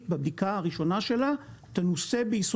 בבדיקה הראשונה שלה --- ביסודיות,